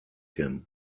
him